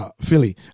Philly